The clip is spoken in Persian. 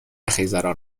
خیزران